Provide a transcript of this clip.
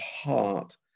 heart